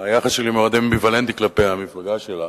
היחס שלי מאוד אמביוולנטי כלפי המפלגה שלה,